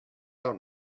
out